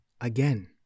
again